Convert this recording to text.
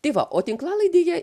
tai va o tinklalaidėje